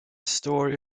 story